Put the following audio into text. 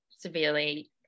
severely